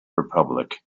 republic